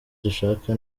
dushaka